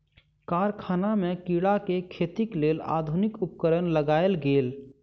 कारखाना में कीड़ा के खेतीक लेल आधुनिक उपकरण लगायल गेल